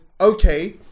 okay